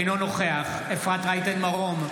אינו נוכח אפרת רייטן מרום,